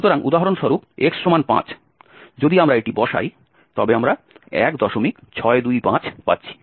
সুতরাং উদাহরণস্বরূপ X সমান 5 যদি আমরা এটি বসাই তবে আমরা 1625 পাচ্ছি